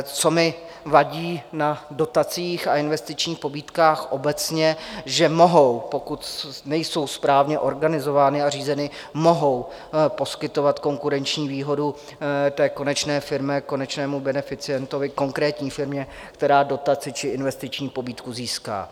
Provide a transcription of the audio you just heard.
Co mi vadí na dotacích a investičních pobídkách obecně, že mohou, pokud nejsou správně organizovány a řízeny, poskytovat konkurenční výhodu konečné firmě, konečnému beneficientovi, konkrétní firmě, která dotaci či investiční pobídku získá.